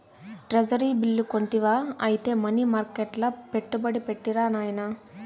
treasury bill కొంటివా ఐతే money మర్కెట్ల పెట్టుబడి పెట్టిరా నాయనా